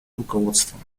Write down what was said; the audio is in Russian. руководством